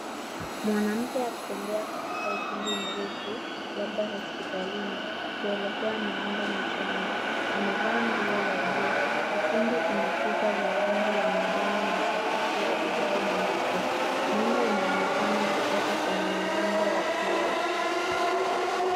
Mwanamke akitembea katika ukumbi mrefu labda hospitalini kuelekea mlango mwishoni amevaa nguo za buluu. Ukumbi una kuta za rangi ya manjano na sakafu ya vigai nyeupe mwanga unaonekana ukitoka kwenye milango ya kioo.